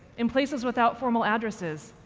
in places without formal addresses,